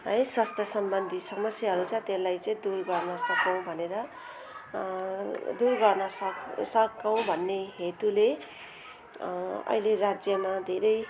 है स्वास्थ्यसम्बन्धी समस्याहरू छ त्यसलाई चाहिँ दूर गर्न सकौँ भनेर दूर गर्न सक् सकौँ भन्ने हेतुले अहिले राज्यमा धेरै